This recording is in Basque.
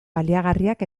baliagarriak